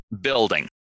building